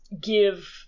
give